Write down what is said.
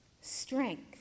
strength